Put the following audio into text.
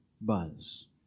Buzz